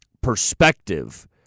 perspective